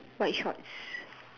white short